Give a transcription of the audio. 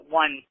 one